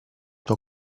tua